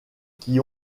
qui